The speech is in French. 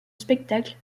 spectacles